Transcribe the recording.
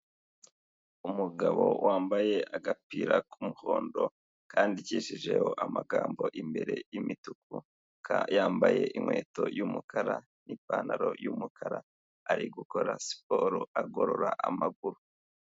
Umugabo wambaye agapira k'umuhondo, kandikishijeho amagambo imbere y'imituku, yambaye inkweto y'umukara, n'ipantaro y'umukara, ari gukora siporo agorora amaguru.